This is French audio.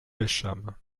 pêchâmes